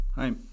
Hi